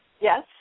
Yes